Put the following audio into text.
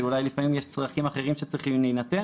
שאולי לפעמים יש צרכים אחרים שצריכים להינתן